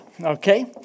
okay